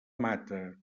mata